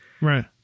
Right